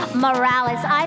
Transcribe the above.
Morales